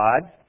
God